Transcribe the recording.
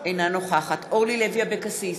אינה נוכחת אורלי לוי אבקסיס,